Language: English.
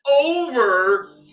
over